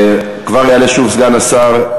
כבר יעלה שוב סגן השר,